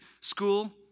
school